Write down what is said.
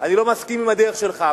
אני לא מסכים עם הדרך שלך.